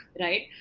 Right